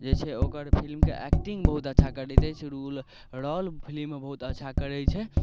जे छै ओकर फिल्मके एक्टिंग बहुत अच्छा करै छै शुरूल रॉल फिलिममे बहुत अच्छा करै छै